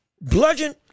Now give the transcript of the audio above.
bludgeon